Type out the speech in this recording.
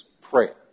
prayer